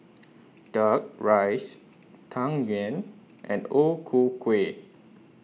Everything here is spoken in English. Duck Rice Tang Yuen and O Ku Kueh